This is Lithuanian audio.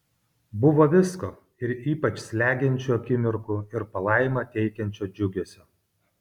buvo visko ir ypač slegiančių akimirkų ir palaimą teikiančio džiugesio